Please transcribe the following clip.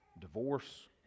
divorce